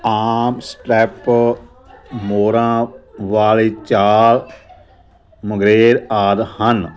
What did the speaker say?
ਆਮ step ਮੋਰਾਂ ਵਾਲੀ ਚਾਲ ਮੰਗਰੇਰ ਆਦਿ ਹਨ